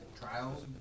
Trials